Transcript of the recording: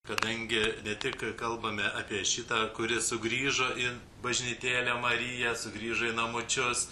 kadangi ne tik kalbame apie šitą kuri sugrįžo į bažnytėlę marija sugrįžo į namučius